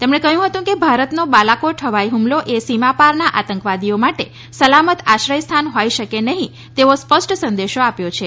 તેમણે કહ્યું હતું કે ભારતનો બાલાકોટ હવાઈ હુમલોએ સીમા પાર એ આતંકવાદીઓ માટે સલામત આશ્રય સ્થાન હોઈ શકે નહીં તેવો સ્પષ્ટ સંદેશો આપ્યો છે